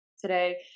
today